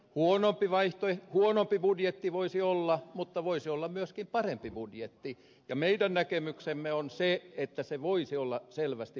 huonompi budjetti voisi olla mutta voi se olla myöskin parempi ja meidän näkemyksemme on se että se voisi olla selvästi parempi